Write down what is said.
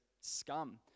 scum